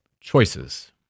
choices